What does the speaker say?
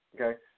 okay